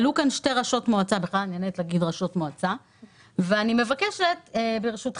עלו כאן שתי ראשות מועצות אזוריות ואני מבקשת ברשותך,